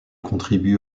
contribue